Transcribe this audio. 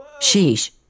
Sheesh